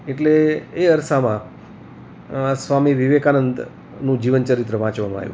એટલે એ અરસામાં સ્વામી વિવેકાનંદનું જીવન ચરિત્ર વાંચવામાં આવ્યું